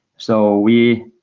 so we